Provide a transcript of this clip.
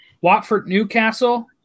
Watford-Newcastle